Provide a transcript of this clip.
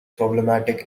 problematic